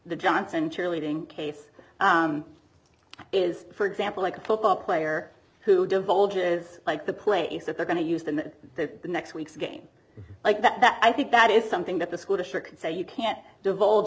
the johnson cheerleading case is for example like a football player who divulge is like the place that they're going to use the next week's game like that i think that is something that the school district could say you can't divulge